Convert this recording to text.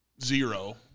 zero